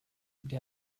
der